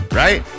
right